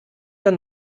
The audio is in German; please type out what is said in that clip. dann